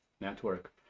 network